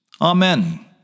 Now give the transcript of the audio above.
Amen